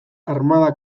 armada